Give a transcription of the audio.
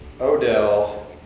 Odell